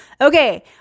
Okay